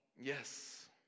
Yes